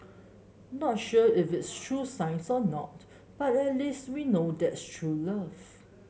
not sure if is true science or not but at least we know that's true love